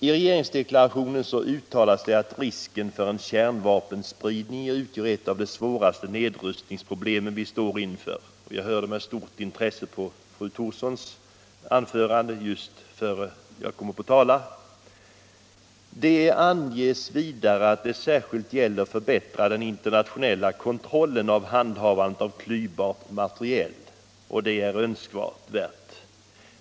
I regeringsdeklarationen uttalas det att risken för en kärnvapenspridning utgör ett av de svåraste nedrustningsproblem som vi står inför. Jag lyssnade med stort intresse till fru Thorssons anförande just innan jag kom upp i talarstolen. Det anges vidare att det särskilt gäller att förbättra den internationella kontrollen av handhavandet av klyvbart material. Och det är önskvärt.